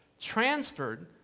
transferred